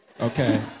Okay